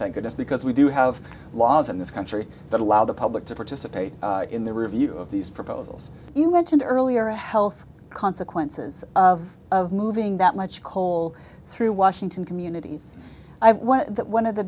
thank goodness because we do have laws in this country that allow the public to participate in the review of these proposals you mentioned earlier the health consequences of of moving that much coal through washington communities that one of the